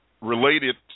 related